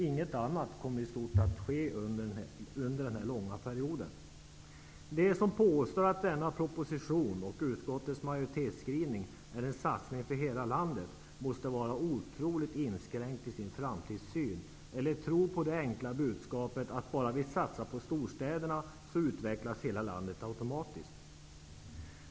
Inget annat kommer i stort sett att ske under denna långa period. De som påstår att denna proposition och utskottets majoritetsskrivning är en satsning för hela landet måste vara otroligt inskränkt i sin framtidssyn, eller måste tro på det enkla budskapet att om man bara satsar på storstäderna så utvecklas hela landet automatiskt.